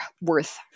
worth